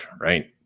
right